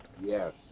Yes